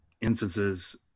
instances